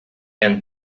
and